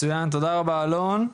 תודה רבה אלון.